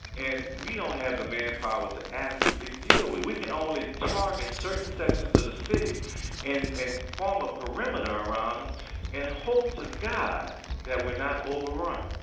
and we don't have the manpower to adequately deal with it. we can only target certain sections of the city and and form a perimeter around them and hope to god that we're not overrun